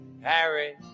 Harry